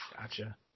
Gotcha